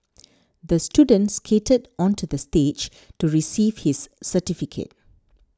the student skated onto the stage to receive his certificate